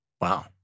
Wow